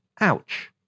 Ouch